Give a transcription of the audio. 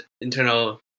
internal